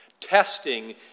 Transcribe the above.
Testing